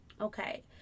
okay